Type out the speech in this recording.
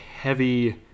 heavy